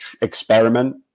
experiment